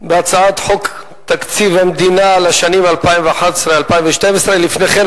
הצעת חוק תקציב המדינה לשנים 2011 2012. לפני כן,